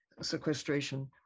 sequestration